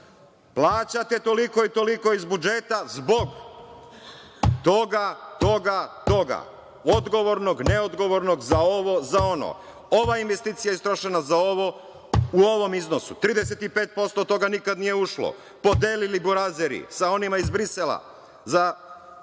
Plaćate toliko i toliko iz budžeta zbog toga, toga, toga, odgovornog, neodgovornog, za ovo, za ono. Ova investicija je istrošena za ovo, u ovom iznosu, 35% od toga nikad nije ušlo, podelili burazeri sa onima iz Brisela za